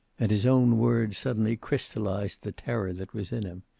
and his own words suddenly crystallized the terror that was in him.